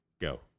Go